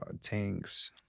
tanks